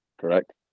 Correct